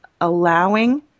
allowing